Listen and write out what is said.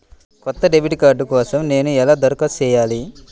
కొత్త debit card కోసం నేను ఎలా దరఖాస్తు చేయాలి?